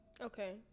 Okay